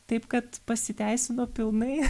taip kad pasiteisino pilnai